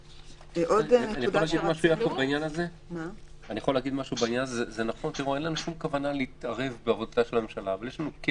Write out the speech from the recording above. אין לנו שום כוונה להתערב בעבודתה של הממשלה אבל יש לנו כן